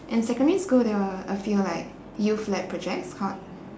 in secondary there were a few like youth led projects called